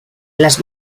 las